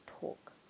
talk